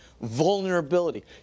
vulnerability